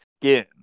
skin